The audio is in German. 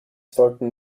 folgten